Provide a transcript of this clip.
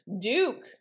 Duke